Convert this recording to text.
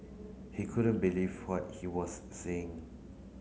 he couldn't believe what he was seeing